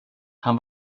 han